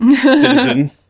Citizen